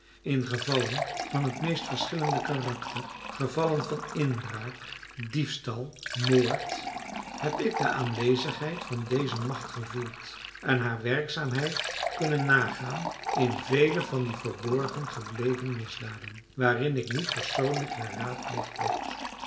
in gevallen van het meest verschillende karakter gevallen van inbraak diefstal moord heb ik de aanwezigheid van deze macht gevoeld en haar werkzaamheid kunnen nagaan in vele van die verborgen gebleven misdaden waarin ik niet persoonlijk geraadpleegd werd